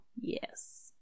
Yes